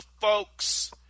folks